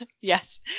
yes